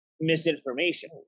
misinformation